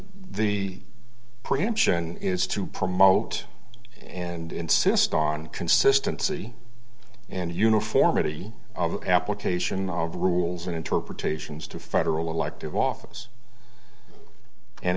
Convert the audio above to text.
the preemption is to promote and insist on consistency and uniformity of application of rules and interpretations to federal elective office and